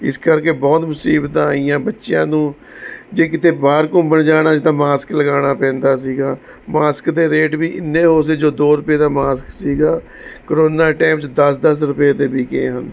ਇਸ ਕਰਕੇ ਬਹੁਤ ਮੁਸੀਬਤਾਂ ਆਈਆਂ ਬੱਚਿਆਂ ਨੂੰ ਜੇ ਕਿਤੇ ਬਾਹਰ ਘੁੰਮਣ ਜਾਣਾ ਤਾਂ ਮਾਸਕ ਲਗਾਉਣਾ ਪੈਂਦਾ ਸੀਗਾ ਮਾਸਕ ਦੇ ਰੇਟ ਵੀ ਇੰਨੇ ਉਸੇ ਜੋ ਦੋ ਰੁਪਏ ਦਾ ਮਾਸਕ ਸੀਗਾ ਕਰੋਨਾ ਟਾਈਮ 'ਚ ਦਸ ਦਸ ਰੁਪਏ ਦੇ ਵਿਕੇ ਹਨ